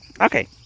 Okay